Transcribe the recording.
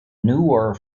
newer